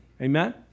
Amen